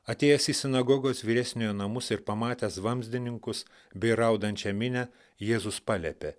atėjęs į sinagogos vyresniojo namus ir pamatęs vamzdininkus bei raudančią minią jėzus paliepė